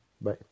Bye